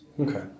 Okay